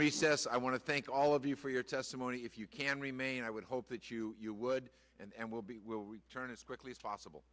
recess i want to thank all of you for your testimony if you can remain i would hope that you would and will be will return as quickly as possible